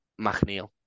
McNeil